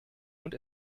und